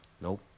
Nope